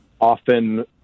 often